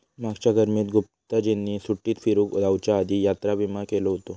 मागच्या गर्मीत गुप्ताजींनी सुट्टीत फिरूक जाउच्या आधी यात्रा विमा केलो हुतो